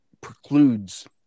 precludes